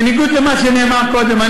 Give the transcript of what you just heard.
בניגוד למה שנאמר קודם,